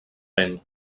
vent